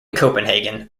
copenhagen